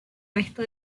resto